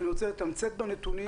אני רוצה לתמצת בנתונים,